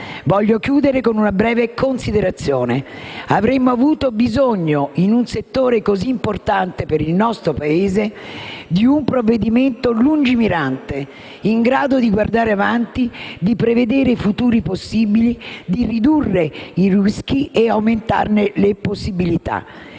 Voglio chiudere con una breve considerazione. Avremmo avuto bisogno, in un settore così importante per il nostro Paese, di un provvedimento lungimirante, in grado di guardare avanti, di prevedere i futuri possibili, di ridurre i rischi e aumentarne le possibilità.